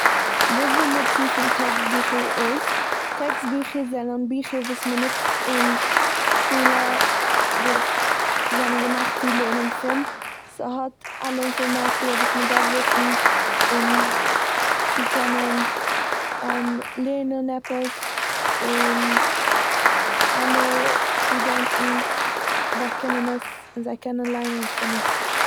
וואס די נוצן פון טעקסט ביכער איז. טעקסט ביכער זענען ביכער וואס מ'נוצט אין שולע וואס זענען געמאכט צו לערנען פון. ס'האט אלע אינפערמאציע וואס מ'דארף וויסן צו קענען לערנען עפעס און אלע סטודענטן באקומען עס און זיי קענען ליינען פון עס.